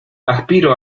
aspiro